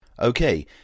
Okay